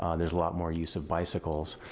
um there's a lot more use of bicycles.